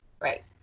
Right